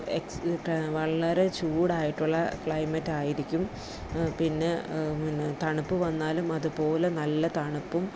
X ടെ വളരെ ചൂടായിട്ടുള്ള ക്ലൈമറ്റായിരിക്കും പിന്നെ പിന്നെ തണുപ്പ് വന്നാലും അതുപോലെ നല്ല തണുപ്പും